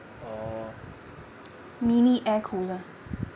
oh